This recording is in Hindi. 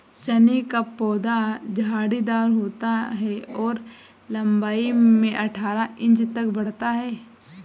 चने का पौधा झाड़ीदार होता है और लंबाई में अठारह इंच तक बढ़ता है